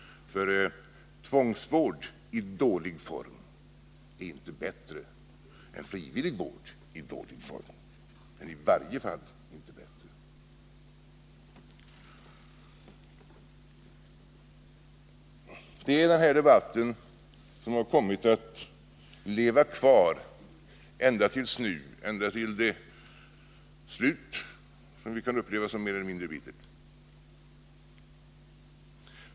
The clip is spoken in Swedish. För tvångsvård i dålig form är i varje fall inte bättre än frivillig vård i dålig form. Det är den här debatten som har kommit att leva kvar ända tills nu, ända till det slut som vi kan uppleva som mer eller mindre bittert.